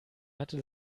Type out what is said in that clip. hatte